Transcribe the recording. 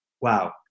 Wow